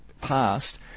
past